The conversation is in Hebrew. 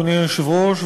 אדוני היושב-ראש,